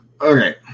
Okay